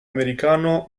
americano